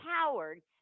cowards